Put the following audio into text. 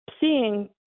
seeing